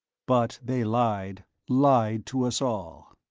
but they lied lied to us all.